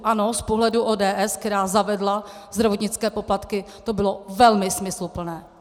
Ano z pohledu ODS, která zavedla zdravotnické poplatky, to bylo velmi smysluplné.